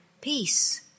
peace